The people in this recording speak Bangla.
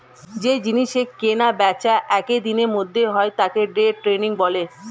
যেই জিনিসের কেনা বেচা একই দিনের মধ্যে হয় তাকে ডে ট্রেডিং বলে